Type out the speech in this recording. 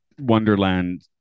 Wonderland